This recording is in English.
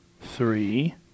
three